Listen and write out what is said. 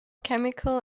chemical